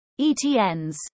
ETNs